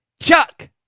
Chuck